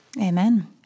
Amen